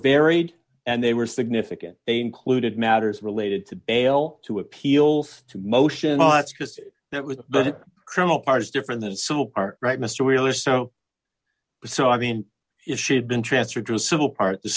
varied and they were significant they included matters related to bail to appeals to motion that's just that was the criminal part is different than civil are right mr wheeler so so i mean if she had been transferred to a civil part the